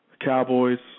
Cowboys